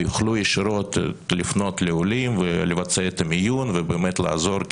יוכלו ישירות לפנות לעולים ולבצע את המיון ובאמת לעזור,